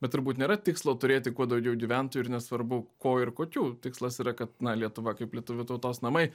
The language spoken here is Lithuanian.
bet turbūt nėra tikslo turėti kuo daugiau gyventojų ir nesvarbu ko ir kokių tikslas yra kad na lietuva kaip lietuvių tautos namai